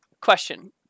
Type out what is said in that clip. Question